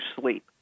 sleep